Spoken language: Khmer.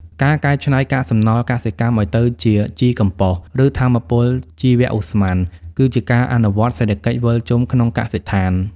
ការកែច្នៃកាកសំណល់កសិកម្មឱ្យទៅជាជីកំប៉ុស្ត ឬថាមពលជីវឧស្ម័ន គឺជាការអនុវត្តសេដ្ឋកិច្ចវិលជុំក្នុងកសិដ្ឋាន។